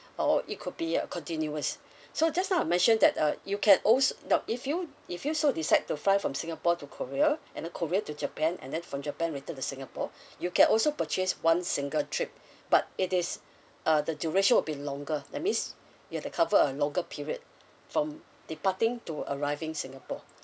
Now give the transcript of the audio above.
or it could be uh continuous so just now I mentioned that uh you can also no if you if you so decide to fly from singapore to korea and then korea to japan and then from japan return to singapore you can also purchase one single trip but it is uh the duration will be longer that means you have to cover a longer period form departing to arriving singapore